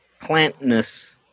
plantness